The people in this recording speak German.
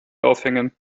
aufhängen